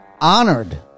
honored